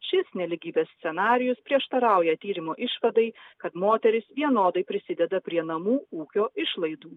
šis nelygybės scenarijus prieštarauja tyrimo išvadai kad moterys vienodai prisideda prie namų ūkio išlaidų